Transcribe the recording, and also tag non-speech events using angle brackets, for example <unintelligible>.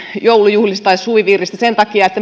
joulujuhlista tai suvivirrestä sen takia että <unintelligible>